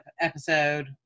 episode